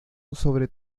sobre